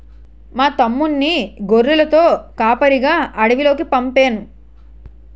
మా తమ్ముణ్ణి గొర్రెలతో కాపరిగా అడవిలోకి పంపేను